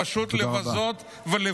תודה רבה.